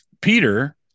Peter